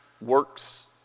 works